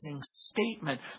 statement